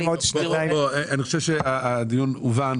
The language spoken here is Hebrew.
(היו"ר יצחק פינדרוס) אני חושב שהדיון הובן,